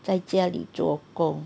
在家里做工